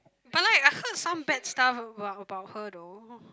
but like I heard some bad stuff about about her though